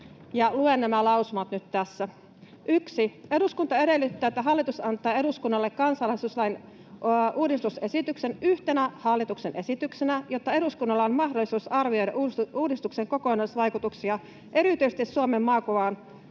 luen nämä lausumat nyt tässä: 1) ”Eduskunta edellyttää, että hallitus antaa eduskunnalle kansalaisuuslain uudistusesityksen yhtenä hallituksen esityksenä, jotta eduskunnalla olisi mahdollisuus arvioida uudistuksen kokonaisvaikutuksia erityisesti Suomen maakuvaan